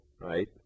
right